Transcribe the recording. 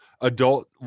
adult